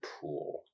pool